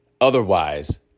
otherwise